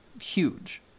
huge